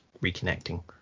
reconnecting